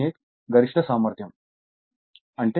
98 గరిష్ట సామర్థ్యం